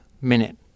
minute